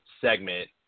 segment